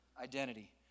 Identity